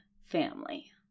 family